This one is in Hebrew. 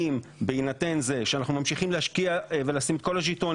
בהינתן זה שאנחנו ממשיכים להשקיע ולשים את כל הז'יטונים